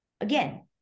Again